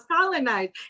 colonized